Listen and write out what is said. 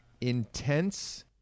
intense